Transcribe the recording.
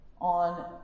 on